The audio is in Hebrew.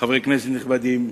חברי כנסת נכבדים,